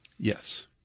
Yes